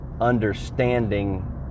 understanding